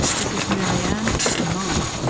this is maryann and mike.